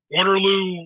Waterloo